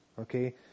Okay